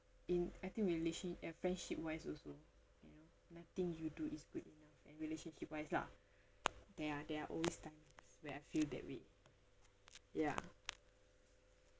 in I think relation uh friendship wise also you know nothing you do is good enough in relationship wise lah there are there are always times when I feel that way ya